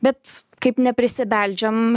bet kaip neprisibeldžiam